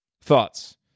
thoughts